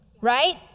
right